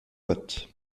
vote